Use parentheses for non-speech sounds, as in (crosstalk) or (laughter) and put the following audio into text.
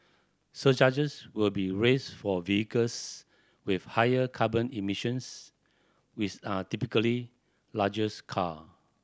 surcharges will be raised for vehicles with higher carbon emissions which are typically larger (unintelligible) car